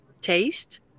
taste